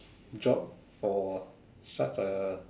job for such a